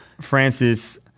Francis